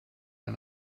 der